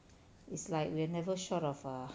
it's like we're never short of err